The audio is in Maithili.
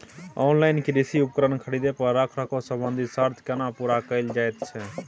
ऑनलाइन कृषि उपकरण खरीद पर रखरखाव संबंधी सर्त केना पूरा कैल जायत छै?